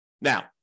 Now